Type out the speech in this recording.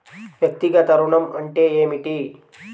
వ్యక్తిగత ఋణం అంటే ఏమిటి?